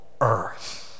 earth